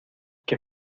que